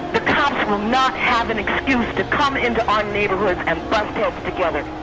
cops will not have an excuse to come into our neighborhoods and bust heads together.